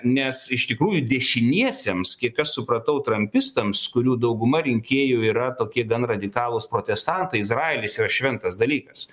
nes iš tikrųjų dešiniesiems kiek aš supratau trampistams kurių dauguma rinkėjų yra tokie gan radikalūs protestantai izraelis yra šventas dalykas